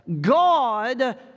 God